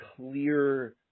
clear